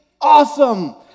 awesome